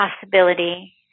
possibility